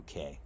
UK